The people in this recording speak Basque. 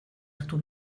hartu